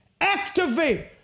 activate